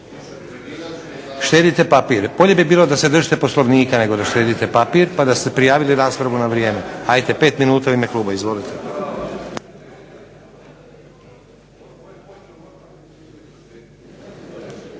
Štedite papir. Bolje bi bilo da se držite Poslovnika nego da štedite papir pa da ste prijavili raspravu na vrijeme. Ajde 5 minuta u ime kluba. Izvolite.